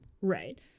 right